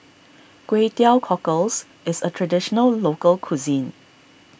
Kway Teow Cockles is a Traditional Local Cuisine